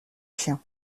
chiens